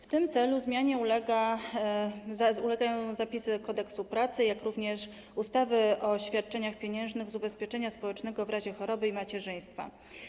W tym celu zmianie ulegają zapisy Kodeksu pracy, jak również ustawy o świadczeniach pieniężnych z ubezpieczenia społecznego w razie choroby i macierzyństwa.